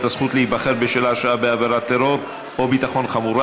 הזכות להיבחר בשל הרשעה בעבירת טרור או ביטחון חמורה),